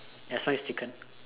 as long is chicken